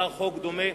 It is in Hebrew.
התקבל חוק דומה,